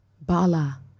Bala